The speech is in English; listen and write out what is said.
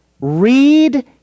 read